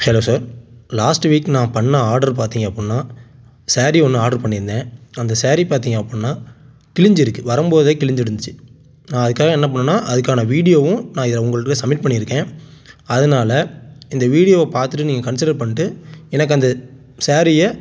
hello sir last week நான் பண்ண order பார்த்தீங்க அப்பிடின்னா ஸேரீ ஒன்று ஆர்ட்ரு பண்ணியிருந்தேன் அந்த ஸேரீ பார்த்தீங்க அப்பிடின்னா கிழிஞ்சிருக்கு வரும் போதே கிழிஞ்சிருந்துச்சி நான் அதுக்காக என்ன பண்ணிணேன்னா அதுக்கான வீடியோவும் நான் இதில் உங்களுகிட்டவே சம்மிட் பண்ணியிருக்கேன் அதனால இந்த வீடியோவை பார்த்துட்டு நீங்கள் கன்சிடர் பண்ணிட்டு எனக்கு அந்த ஸேரீயை